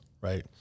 right